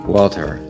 Walter